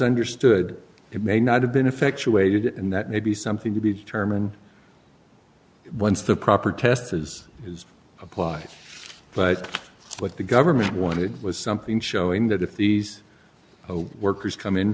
understood it may not have been effectuated and that may be something to be determined once the proper test is is applied but what the government wanted was something showing that if these workers come in